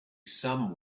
some